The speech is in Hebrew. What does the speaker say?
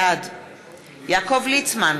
בעד יעקב ליצמן,